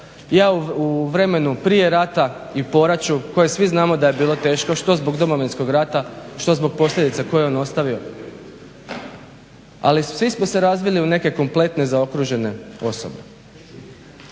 Ja u vremenu prije rata i poraću koje svi znamo da je bilo teško što zbog Domovinskog rata što zbog posljedica koje je on ostavio. Ali svi smo se razvili u neke kompletne i zaokružene osobe.